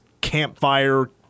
campfire